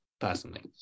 Personally